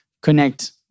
connect